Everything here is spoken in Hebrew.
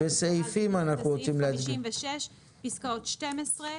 זה סעיף 56 פסקאות (12),